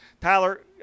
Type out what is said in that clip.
Tyler